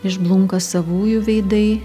išblunka savųjų veidai